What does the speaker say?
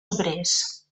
obrers